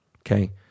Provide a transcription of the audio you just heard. okay